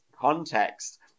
context